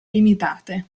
limitate